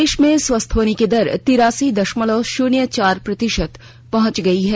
देश में स्वस्थ होने की दर तिरासी दशमलव शून्य चार प्रतिशत पहुंच गई है